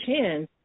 chance